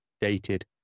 dated